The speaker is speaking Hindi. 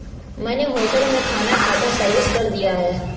मैंने होटल में खाना खाकर सर्विस कर दिया है